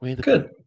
Good